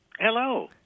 Hello